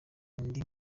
indi